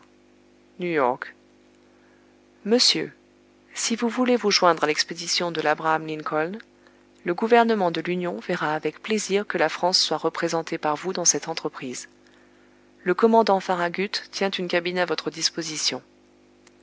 york monsieur si vous voulez vous joindre à l'expédition de labraham lincoln le gouvernement de l'union verra avec plaisir que la france soit représentée par vous dans cette entreprise le commandant farragut tient une cabine à votre disposition